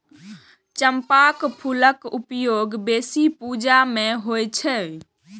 चंपाक फूलक उपयोग बेसी पूजा मे होइ छै